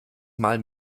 mal